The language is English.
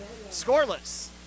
scoreless